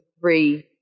three